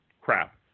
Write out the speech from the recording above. crap